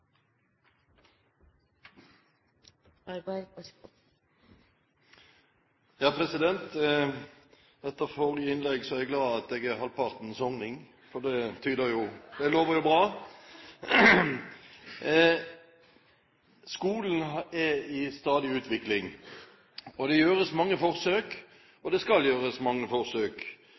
jeg glad for at jeg er halvparten sogning, for det lover jo bra! Skolen er i stadig utvikling, det gjøres mange forsøk, og det skal gjøres mange forsøk.